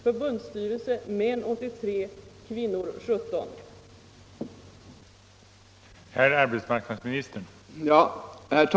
Förbundsstyrelse: män 83 96, kvinnor 17 96.